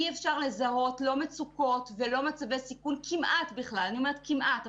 אי אפשר לזהות לא מצוקות ולא מצבי סיכון כמעט בכלל אני אומרת כמעט,